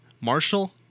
Marshall